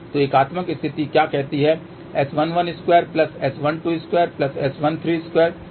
तो एकात्मक स्थिति क्या कहती है S112 S122 S132 1